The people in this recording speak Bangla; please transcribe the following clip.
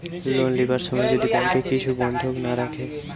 লোন লিবার সময় যদি ব্যাংকে কিছু বন্ধক না রাখে